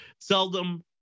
seldom